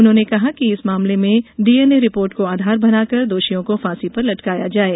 उन्होंने कहा कि इस मामले में डीएनए रिपोर्ट को आधार बनाकर दोषियों को फांसी पर लटकाया जाये